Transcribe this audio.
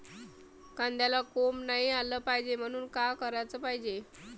कांद्याला कोंब नाई आलं पायजे म्हनून का कराच पायजे?